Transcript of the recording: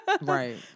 Right